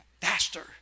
faster